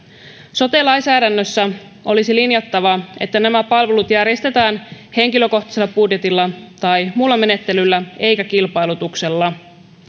sote lainsäädännössä olisi linjattava että nämä palvelut järjestetään henkilökohtaisella budjetilla tai muulla menettelyllä eikä kilpailutuksella